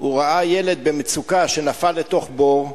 ראה ילד במצוקה, ילד שנפל לתוך בור,